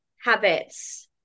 habits